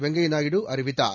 வெங்கைய நாயுடு அறிவித்தார்